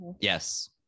yes